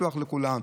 פתוח לכולם,